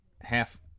half